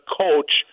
coach